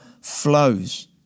flows